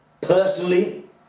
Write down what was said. personally